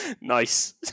Nice